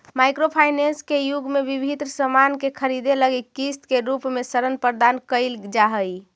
micro finance के युग में विभिन्न सामान के खरीदे लगी किस्त के रूप में ऋण प्रदान कईल जा हई